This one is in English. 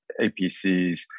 APCs